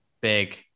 big